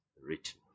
written